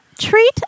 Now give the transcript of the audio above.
Treat